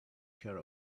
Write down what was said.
care